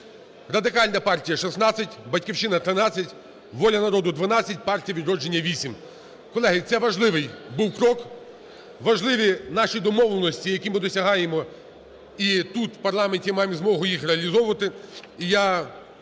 Радикальна партія – 16, "Батьківщина" – 13, "Воля народу" – 12, "Партія "Відродження" – 8. Колеги, це важливий був крок, важливі наші домовленості, які ми досягаємо і тут в парламенті маємо змогу їх реалізовувати,